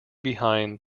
behind